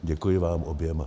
Děkuji vám oběma.